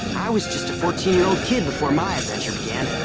i was just a fourteen year old kid before my adventure began.